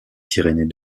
pyrénées